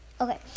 okay